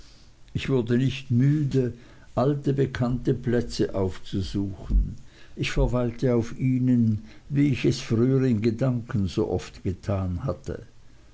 ich wurde nicht müde alte bekannte plätze aufzusuchen ich verweilte auf ihnen wie ich es früher in gedanken so oft getan hatte